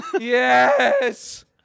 Yes